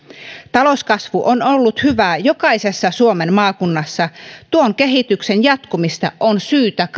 talouskasvu on ollut hyvää jokaisessa suomen maakunnassa ja tuon kehityksen jatkumista on syytä kaikin